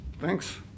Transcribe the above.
Thanks